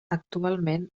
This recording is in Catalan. actualment